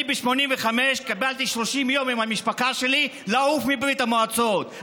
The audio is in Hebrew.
אני ב-1985 קיבלתי 30 יום עם המשפחה שלי לעוף מברית המועצות.